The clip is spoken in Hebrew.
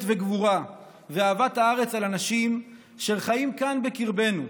וגבורה ואהבת הארץ על אנשים שחיים כאן בקרבנו,